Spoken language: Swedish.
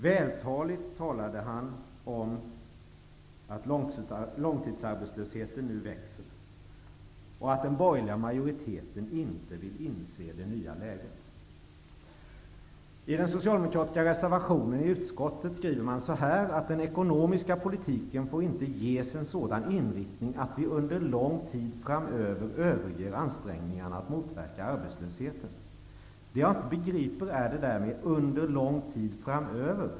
Vältaligt beskrev han att långtidsarbetslösheten växer och att den borgerliga majoriteten inte vill inse det nya läget. I sin reservation i utskottet skriver socialdemokraterna så här: ''Den ekonomiska politiken får inte ges en sådan inriktning att vi under lång tid framöver överger ansträngningarna att motverka arbetslösheten.'' Det jag inte begriper är ''under lång tid framöver''.